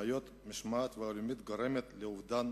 בעיות משמעת ואלימות גורמות לאובדן